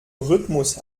rhythmus